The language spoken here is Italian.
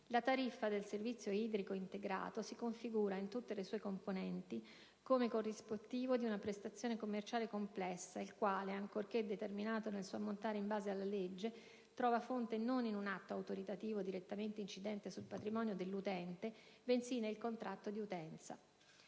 la tariffa del servizio idrico integrato si configura, in tutte le sue componenti, come corrispettivo di una prestazione commerciale complessa, il quale, ancorché determinato nel suo ammontare in base alla legge, trova fonte non in un atto autoritativo direttamente incidente sul patrimonio dell'utente, bensì nel contratto di utenza.